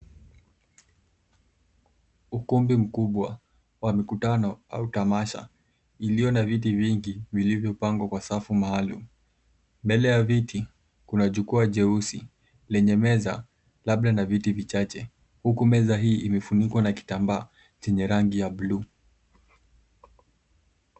Ukumbi mkubwa wa mikutano au tamasha, iliyo na viti vingi vilivyopangwa kwa safu maalum. Mbele ya viti, kuna jukwaa nyeusi lenye meza, labda na viti vichache, huku meza hii ikiwa imefunikwa na kitambaa chenye rangi ya bluu.